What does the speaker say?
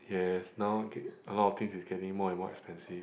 yes now a lot of things is getting more and more expensive